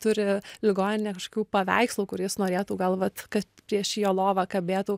turi ligoninė kažkokių paveikslų kur jis norėtų gal vat kad prieš jo lovą kabėtų